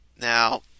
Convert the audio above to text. Now